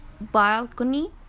balcony